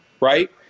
right